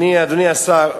אדוני השר,